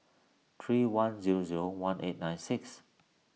three one zero zero one eight nine six